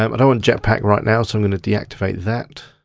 um i don't want jetpack right now, so i'm gonna deactivate that.